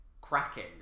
cracking